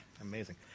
Amazing